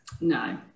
No